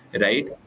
right